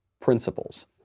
principles